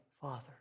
Father